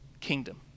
kingdom